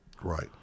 Right